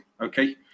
okay